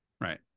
right